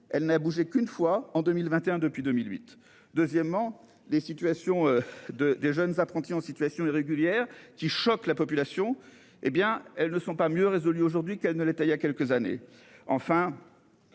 elle n'a bougé qu'une fois en 2021 depuis 2008. Deuxièmement les situations de des jeunes apprentis en situation irrégulière qui choque la population hé bien elles ne sont pas mieux aujourd'hui qu'elle ne l'était il y a quelques années, enfin.